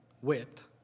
whipped